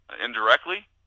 indirectly